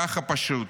ככה פשוט.